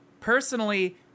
Personally